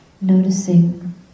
noticing